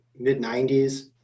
mid-'90s